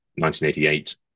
1988